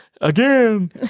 again